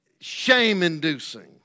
shame-inducing